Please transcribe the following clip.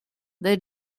they